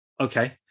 Okay